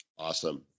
Awesome